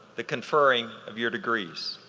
the conferring of your degrees.